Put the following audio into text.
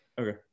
okay